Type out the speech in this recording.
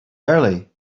early